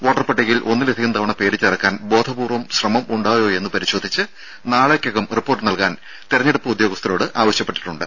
വോട്ടർപട്ടികയിൽ ഒന്നിലധികം തവണ പേരുചേർക്കാൻ ബോധപൂർവം ശ്രമം ഉണ്ടായോയെന്ന് പരിശോധിച്ച് നാളേക്കകം റിപ്പോർട്ട് നൽകാൻ തിരഞ്ഞെടുപ്പ് ഉദ്യോഗസ്ഥരോട് ആവശ്യപ്പെട്ടിട്ടുണ്ട്